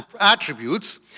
attributes